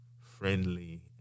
friendly